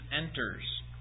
enters